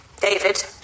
David